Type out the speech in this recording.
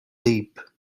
deep